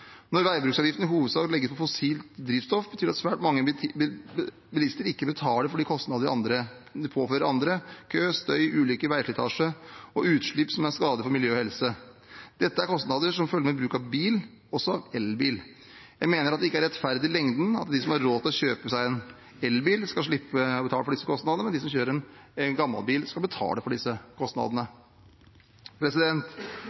Når veibruksavgiften i hovedsak legges på fossilt drivstoff, betyr det at svært mange bilister ikke betaler for de kostnadene de påfører andre: kø, støy, ulykker, veislitasje og utslipp som er skadelige for miljø og helse. Dette er kostnader som følger med bruk av bil, også elbil. Jeg mener det ikke er rettferdig i lengden at de som har råd til å kjøpe seg en elbil, skal slippe å betale for disse kostnadene, mens de som kjører en gammel bil, skal betale for disse